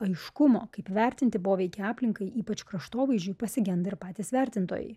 aiškumo kaip vertinti poveikį aplinkai ypač kraštovaizdžiui pasigenda ir patys vertintojai